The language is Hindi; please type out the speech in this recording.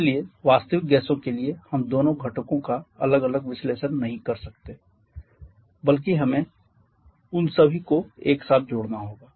इसलिए वास्तविक गैसों के लिए हम दोनों घटकों का अलग अलग विश्लेषण नहीं कर सकते बल्कि हमें उन सभी को एक साथ जोड़ना होगा